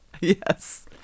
Yes